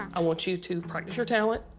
i want you to practice your talent.